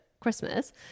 Christmas